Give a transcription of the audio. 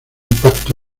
impacto